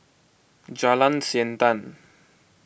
Jalan Siantan